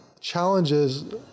challenges